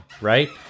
right